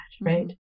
right